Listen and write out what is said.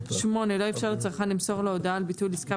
8.לא אפשר לצרכן למסור לו הודעה על ביטול עסקה